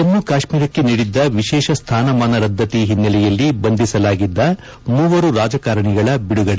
ಜಮ್ನ ಕಾತ್ನೀರಕ್ಕೆ ನೀಡಿದ್ದ ವಿಶೇಷ ಸ್ಥಾನಮಾನ ರದ್ದತಿಯ ಹಿನ್ನೆಲೆಯಲ್ಲಿ ಬಂಧಿಸಲಾಗಿದ್ದ ಮೂವರು ರಾಜಕಾರಣಿಗಳ ಬಿಡುಗಡೆ